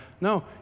No